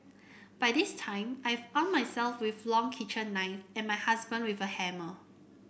by this time I've arm myself with a long kitchen knife and my husband with a hammer